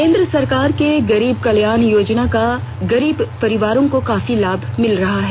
केंद्र सरकार के गरीब कल्याण योजना का गरीब परिवारों को काफी लाभ मिल रहा है